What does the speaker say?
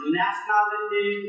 nationality